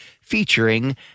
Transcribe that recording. featuring